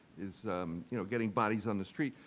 is you know getting bodies on the street.